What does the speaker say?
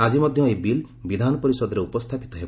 ଆଜି ମଧ୍ୟ ଏହି ବିଲ୍ ବିଧାନପରିଷଦରେ ଉପସ୍ଥାପିତ ହେବ